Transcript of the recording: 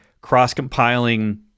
cross-compiling